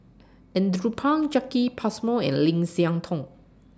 Andrew Phang Jacki Passmore and Lim Siah Tong